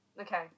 Okay